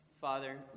Father